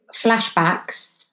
flashbacks